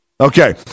okay